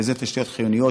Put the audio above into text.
אלה תשתיות חיוניות,